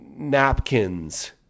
napkins